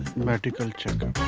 medical checkup.